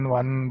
one